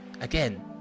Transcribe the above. Again